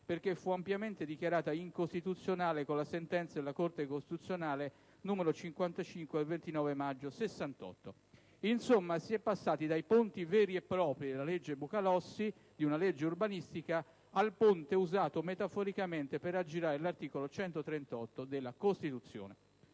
infatti ampiamente dichiarata incostituzionale con la sentenza della Corte costituzionale n. 55 del 29 maggio 1968. Insomma, si è passati dai ponti veri e propri di una legge urbanistica, la legge Bucalossi, al ponte usato metaforicamente per aggirare l'articolo 138 della Costituzione.